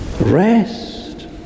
rest